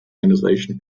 ionization